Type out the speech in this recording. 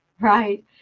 right